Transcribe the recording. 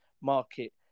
market